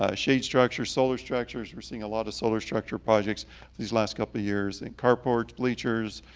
ah shade structures, solar structures, we're seeing a lot of solar structure projects these last couple years. and carports, bleachers,